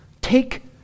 Take